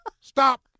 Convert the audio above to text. Stop